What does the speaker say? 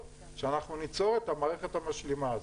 שאנחנו ניצור את המערכת המשלימה הזאת.